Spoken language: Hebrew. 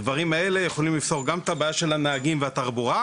הדברים האלה יכולים לפתור גם את הבעיה של הנהגים והתחבורה,